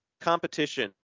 competition